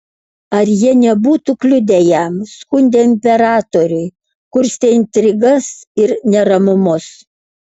ar jie nebūtų kliudę jam skundę imperatoriui kurstę intrigas ir neramumus